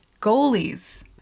Goalies